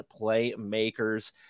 playmakers